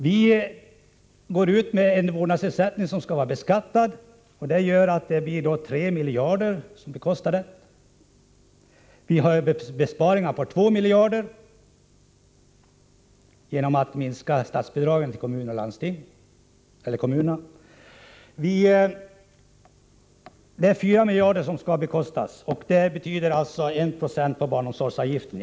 Vi går ut med ett förslag om en beskattningsbar vårdnadsersättning. Det innebär att vi tar in 3 miljarder kronor. Vi har för vår del också lämnat ett förslag innebärande besparingar på 2 miljarder. Dessa besparingar skulle åstadkommas genom en minskning av statsbidragen till kommunerna. Eftersom det egentligen rör sig om 4 miljarder som blir över, måste man finansiera detta med 1 26 på barnomsorgsavgiften.